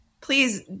Please